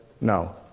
no